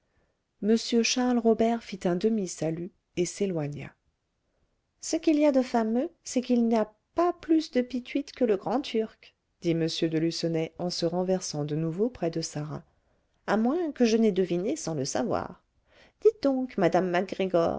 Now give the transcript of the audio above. m charles robert fit un demi salut et s'éloigna ce qu'il y a de fameux c'est qu'il n'a pas plus de pituite que le grand-turc dit m de lucenay en se renversant de nouveau près de sarah à moins que je n'aie deviné sans le savoir dites donc madame